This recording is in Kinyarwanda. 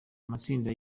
amatsinda